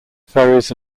ferries